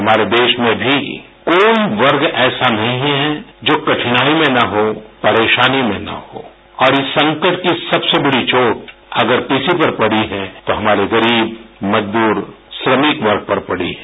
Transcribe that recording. हमारे देश में भी कोई वर्ग ऐसा नहीं है जो कठिनाई में न हो परेशानी में न हो और इस संकट की सबसे बड़ी चोट अगर किसी पर पड़ी है तो हमारे गरीब मजदूर श्रमिक वर्ग पर पड़ी है